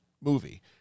movie